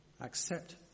accept